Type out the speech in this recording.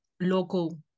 local